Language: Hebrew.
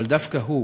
אבל דווקא הוא